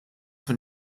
when